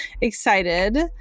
excited